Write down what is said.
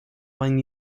when